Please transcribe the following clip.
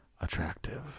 attractive